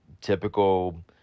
typical